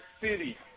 city